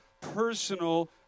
personal